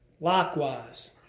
Likewise